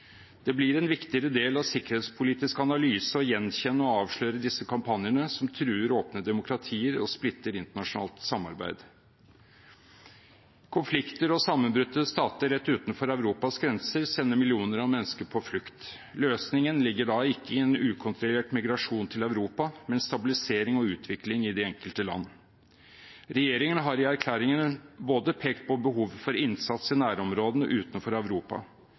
Det blir en viktigere del av sikkerhetspolitisk analyse å gjenkjenne og avsløre disse kampanjene som truer åpne demokratier og splitter internasjonalt samarbeid. Konflikter og sammenbrutte stater rett utenfor Europas grenser sender millioner av mennesker på flukt. Løsningen ligger ikke i en ukontrollert migrasjon til Europa, men stabilisering og utvikling i de enkelte land. Regjeringen har i erklæringen pekt på behovet for innsats i nærområdene utenfor Europa.